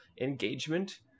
engagement